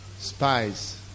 spies